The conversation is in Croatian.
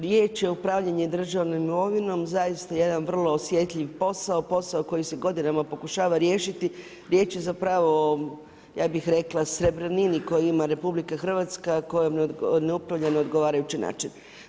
Riječ je o upravljanje državnom imovinom, zaista jedan vrlo osjetljiv posao, posao koji se godinama pokušava riješiti, riječ je zapravo, ja bih rekla, srebrnini, koji ima RH, kojemu ne upravlja na odgovarajući način.